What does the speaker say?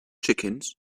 chickens